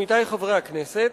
עמיתי חברי הכנסת,